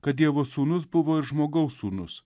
kad dievo sūnus buvo ir žmogaus sūnus